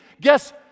Guess